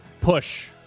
Push